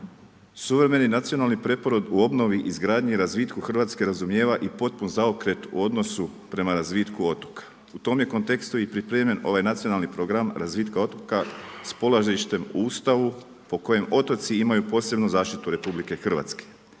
Suvremeni nacionalni preporod u obnovi, izgradnji i razvitku Hrvatske razumijeva i potpun zaokret u odnosu prema razvitku otoka. U tom je kontekstu i pripremljen ovaj nacionalni program razvitka otoka s polazištem u Ustavu po kojem otoci imaju posebnu zaštitu RH. Njegova je